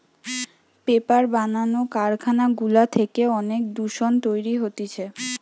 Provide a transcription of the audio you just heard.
paper বানানো কারখানা গুলা থেকে অনেক দূষণ তৈরী হতিছে